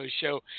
show